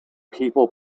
people